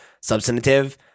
substantive